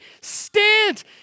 stand